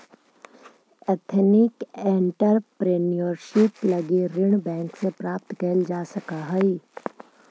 ethnic entrepreneurship लगी ऋण bank से प्राप्त कैल जा सकऽ हई